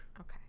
Okay